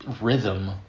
rhythm